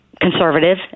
conservative